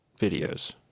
videos